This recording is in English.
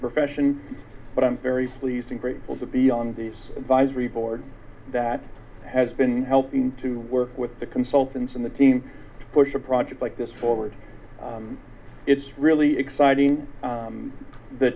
profession but i'm very pleased and grateful to be on the advisory board that has been helping to work with the consultants and the team to push a project like this forward it's really exciting